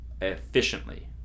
Efficiently